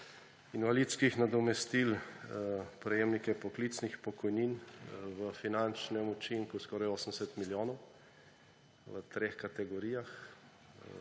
invalidskih nadomestil, prejemnike poklicnih pokojnin v finančnem učinku skoraj 80 milijonov, v treh kategorijah,